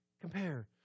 compare